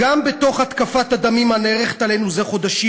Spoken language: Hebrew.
"גם בתוך התקפת הדמים הנערכת עלינו זה חודשים,